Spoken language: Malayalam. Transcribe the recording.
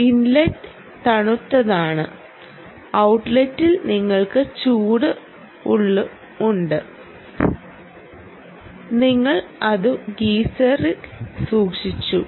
ഇൻലെറ്റ് തണുത്തതാണ് ഔട്ട്ലെറ്റിൽ നിങ്ങൾക്ക് ചൂടുവെള്ളമുണ്ട് നിങ്ങൾ അത് ഗീസറിൽ സൂക്ഷിച്ചു